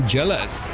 Jealous